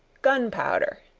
gunpowder,